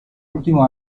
ultimo